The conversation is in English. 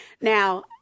Now